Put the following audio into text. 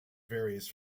varies